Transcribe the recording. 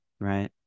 right